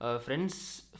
Friends